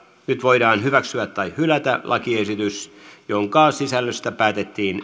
nyt voidaan hyväksyä tai hylätä lakiehdotus jonka sisällöstä päätettiin